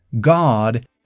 God